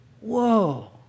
Whoa